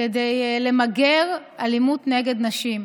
כדי למגר אלימות נגד נשים.